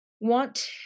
want